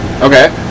Okay